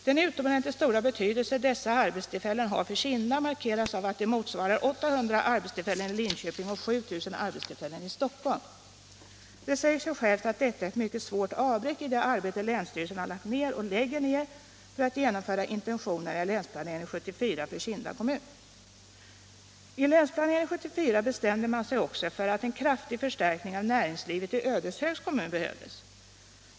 Den utomordentligt stora betydelse dessa arbetstillfällen har för Kinda markeras av att de motsvarar 800 arbetstillfällen i Linköping och 7000 arbetstillfällen i Stockholm. Det säger sig självt att detta är ett mycket svårt avbräck i det arbete länsstyrelsen har lagt ner och lägger ner för att genomföra intentionerna i Länsplanering 74 för Kinda kommun. I Länsplanering 74 bestämde man sig också för att en kraftig förstärkning av näringslivet i Ödeshögs kommun behövdes.